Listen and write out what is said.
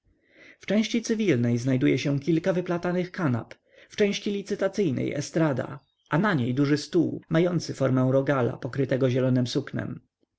w części cywilnej znajduje się kilka wyplatanych kanap w części licytacyjnej estrada a na niej duży stół mający formę rogala pokrytego zielonem suknem